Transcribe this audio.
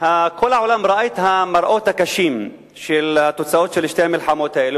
כל העולם ראה את המראות הקשים של התוצאות של שתי המלחמות האלה,